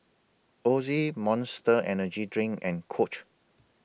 Ozi Monster Energy Drink and Coach